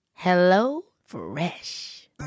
HelloFresh